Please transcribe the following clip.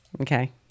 Okay